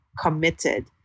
committed